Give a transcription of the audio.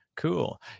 cool